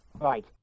Right